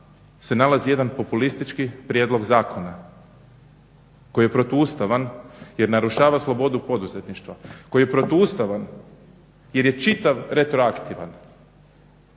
se nalazi jedan populistički prijedlog zakona koji je protuustavan jer narušava slobodu poduzetništva, koji je protuustavan jer je čitav retroaktivna.